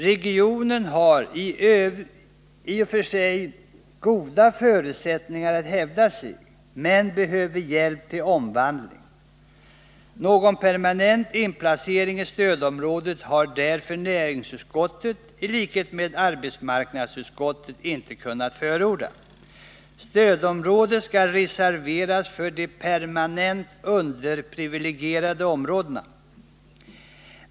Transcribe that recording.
Regionen har i och för sig goda förutsättningar att hävda sig men behöver hjälp till omvandling. Någon permanent inplacering i stödområdet har därför näringsutskottet — i likhet med arbetsmarknadsutskottet — inte kunnat förorda. Stödområdet skall reserveras för de permanent underprivilegierade områdena.